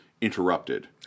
interrupted